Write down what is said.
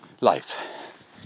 life